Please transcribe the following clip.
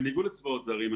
בניגוד לצבאות זרים,